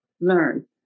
learn